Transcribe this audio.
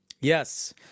Yes